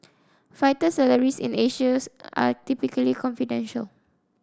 fighter salaries in Asia's are typically confidential